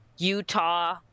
utah